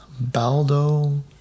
Baldo